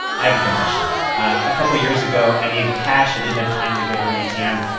i have a confession. a couple years ago, i needed cash. i didn't have time to go to an atm,